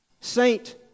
Saint